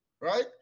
Right